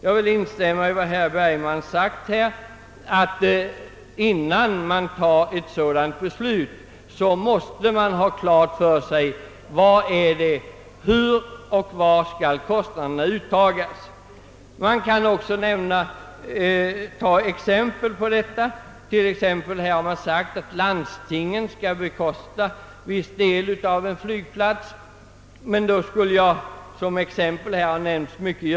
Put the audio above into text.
Jag vill instämma i vad herr Bergman anförde, nämligen att man, innan man fattar beslut om kommunala bidrag, måste ha klart för sig hur och var kostnaderna skall uttagas. Jag kan också anföra exempel. Det har sagts att landstingen skall bekosta viss del av en flygplats, och Göteborg har nämnts i sammanhanget.